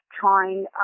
trying